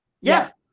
Yes